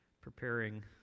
preparing